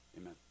Amen